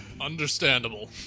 Understandable